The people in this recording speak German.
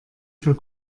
für